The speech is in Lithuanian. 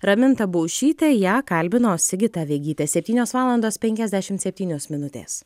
raminta baušytė ją kalbino sigita vegytė septynios valandos penkiasdešimt septynios minutės